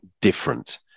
different